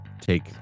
take